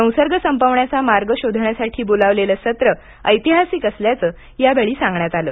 संसर्ग संपविण्याचा मार्ग शोधण्यासाठी बोलावलेलं सत्र ऐतिहासिक असल्याचं यावेळी सांगण्यात आलं